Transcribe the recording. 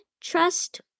trust